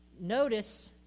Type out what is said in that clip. Notice